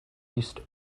east